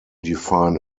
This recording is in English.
define